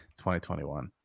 2021